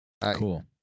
Cool